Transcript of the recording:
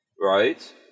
right